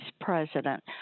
president